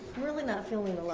really not feeling